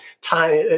time